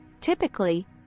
Typically